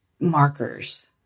markers